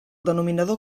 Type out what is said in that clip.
denominador